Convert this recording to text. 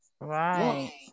Right